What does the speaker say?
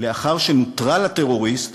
לאחר שנוטרל הטרוריסט,